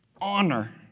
honor